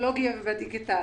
בטכנולוגיה ובדיגיטל.